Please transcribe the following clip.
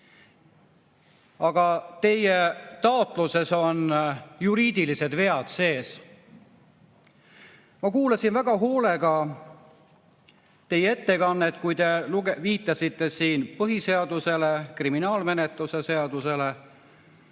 Aga teie taotluses on juriidilised vead sees. Ma kuulasin väga hoolega teie ettekannet, kui te viitasite siin põhiseadusele ja kriminaalmenetluse seadustikule.